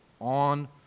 on